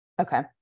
Okay